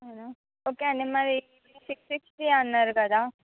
okay అండి మరి ఇవి సిక్స్ సిక్స్టీ అన్నారు కదా